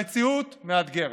המציאות מאתגרת.